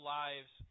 lives